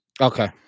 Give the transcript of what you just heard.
Okay